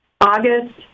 August